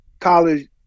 college